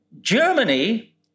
Germany